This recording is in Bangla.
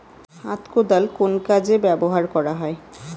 হাত কোদাল কোন কাজে ব্যবহার করা হয়?